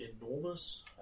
enormous